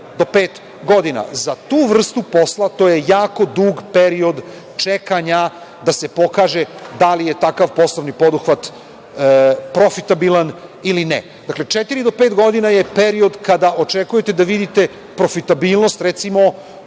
pet godina. Za tu vrstu posla to je jako dug period čekanja da se pokaže da li je takav poslovni poduhvat profitabilan ili ne. Dakle, četiri do pet godina je period kada očekujete da vidite profitabilnost, recimo,